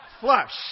flush